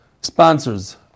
sponsors